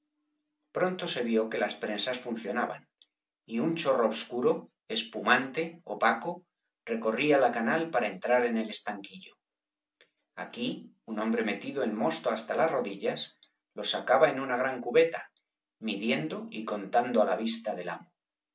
pronto se vió que las prensas funcionaban y un chorro obscuro espumante opaco recorría la canal para entrar en el estanquillo aquí un hombre metido en mosto hasta las rodillas lo sacaba en una gran cubeta midiendo y contando á la vista del amo